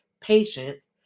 patients